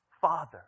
father